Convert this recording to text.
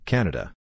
Canada